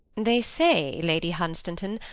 they say, lady hunstanton,